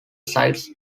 sites